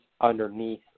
underneath